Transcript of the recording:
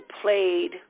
played